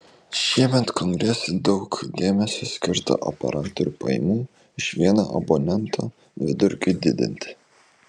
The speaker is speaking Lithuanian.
šiemet kongrese daug dėmesio skirta operatorių pajamų iš vieno abonento vidurkiui didinti